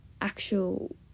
actual